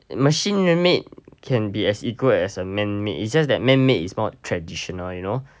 machinery made can be as equal as a manmade it's just that manmade is more traditional you know